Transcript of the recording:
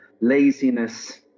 laziness